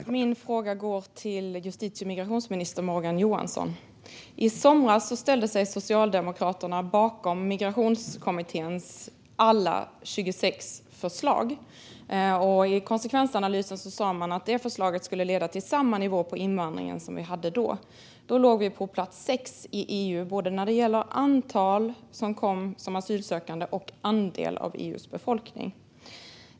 Herr talman! Min fråga går till justitie och migrationsminister Morgan Johansson. I somras ställde sig Socialdemokraterna bakom Migrationskommitténs alla 26 förslag. I konsekvensanalysen sa man att de förslagen skulle leda till samma nivå på invandringen som vi hade då. Då låg Sverige på sjätte plats i EU när det gällde både antal som kom som asylsökande och andel av EU:s befolkning.